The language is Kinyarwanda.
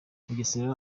bugesera